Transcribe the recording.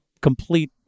complete